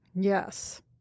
Yes